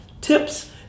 tips